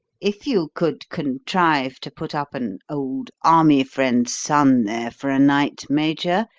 if you could contrive to put up an old army friend's son there for a night, major,